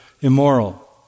immoral